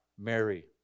Mary